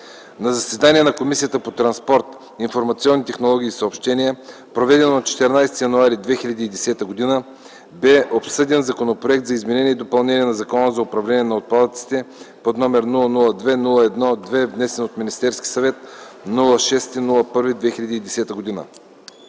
На заседание на Комисията по транспорт, информационни технологии и съобщения, проведено на 14 януари 2010, бе обсъден Законопроектът за изменение и допълнение на Закона за управление на отпадъците, № 002-01 2, внесен от Министерския съвет на 6 януари 2010 г.